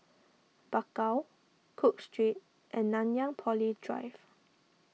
Bakau Cook Street and Nanyang Poly Drive